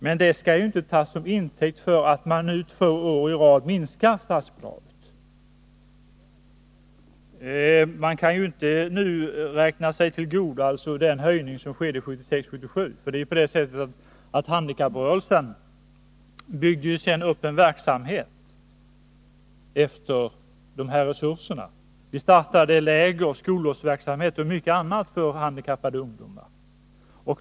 Men det skall inte tas som intäkt för att nu, två år i rad, minska statsbidraget. Man kan inte nu räkna sig till godo den höjning som genomfördes 1976/77. Handikapprörelsen byggde ju upp en verksamhet grundad på dessa resurser. Vi startade läger, skollovsverksamhet och mycket annat för handikappade ungdomar.